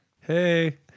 hey